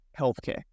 healthcare